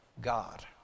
God